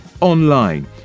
online